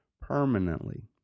permanently